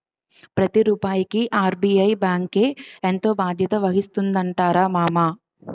ప్రతి రూపాయికి ఆర్.బి.ఐ బాంకే ఎంతో బాధ్యత వహిస్తుందటరా మామా